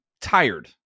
tired